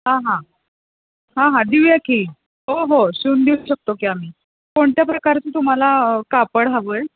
हां हां हां हां देऊया की हो हो शिवून देऊ शकतो की आम्ही कोणत्या प्रकारचं तुम्हाला कापड हवं आहे